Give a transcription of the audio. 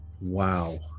Wow